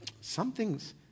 something's